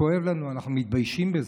כואב לנו, אנחנו מתביישים בזה.